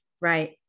Right